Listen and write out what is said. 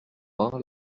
vingt